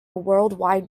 worldwide